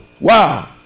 wow